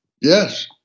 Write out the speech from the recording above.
yes